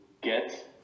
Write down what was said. get